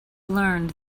learned